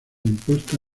impuesta